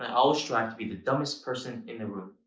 and i always try to be the dumbest person in the room.